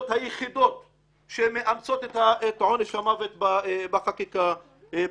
היחידות שמאמצות את עונש המוות בחקיקה שלהן.